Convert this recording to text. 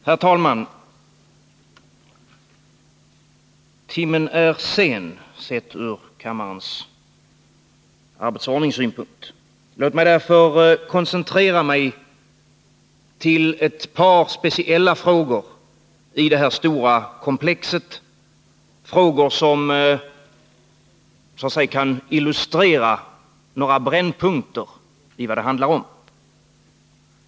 Herr talman! Timmen är sen, sett ur kammarens arbetsordnings synpunkt. Låt mig därför koncentrera mig till ett par speciella frågor i det här stora komplexet, frågor som så att säga kan illustrera några brännpunkter i vad det handlar om.